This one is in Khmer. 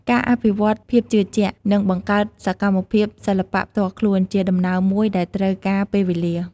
ការអភិវឌ្ឍភាពជឿជាក់ និងបង្កើតសកម្មភាពសិល្បៈផ្ទាល់ខ្លួនជាដំណើរមួយដែលត្រូវការពេលវេលា។